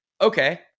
okay